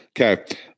Okay